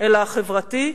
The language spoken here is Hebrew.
אלא "החברתי",